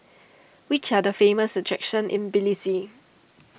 which are the famous attractions in Tbilisi